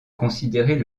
considérer